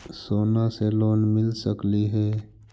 सोना से लोन मिल सकली हे?